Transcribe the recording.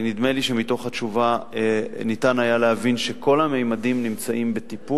נדמה לי שמתוך התשובה ניתן היה להבין שכל הממדים הם בטיפול.